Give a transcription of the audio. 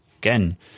Again